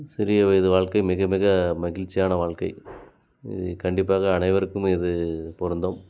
சிறிய வயது வாழ்க்கை மிக மிக மகிழ்ச்சியான வாழ்க்கை இது கண்டிப்பாக அனைவருக்கும் இது பொருந்தும்